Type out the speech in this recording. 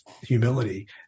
humility